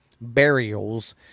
burials